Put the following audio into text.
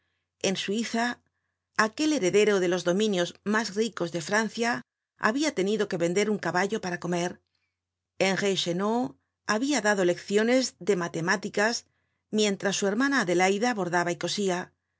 de su trabajo en suiza aquel heredero de los dominios mas ricos de francia habia tenido que vender un caballo para comer en reichenau habia dado lecciones de matemáticas mientras su hermana adelaida bordaba y cosia